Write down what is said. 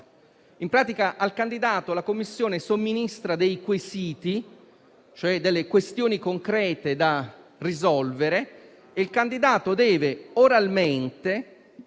in pratica, al candidato la commissione somministra dei quesiti, ossia questioni concrete da risolvere, a cui il candidato deve rispondere